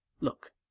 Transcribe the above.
Look